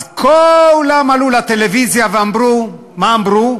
כולם עלו לטלוויזיה ואמרו, מה אמרו?